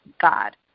God